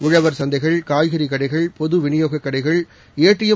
உழவர் சந்தைகள் காய்கறி கடைகள் பொது விநியோகக் கடைகள் ஏடிஎம்